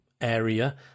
area